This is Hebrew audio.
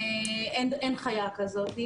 אין חיה כזאת,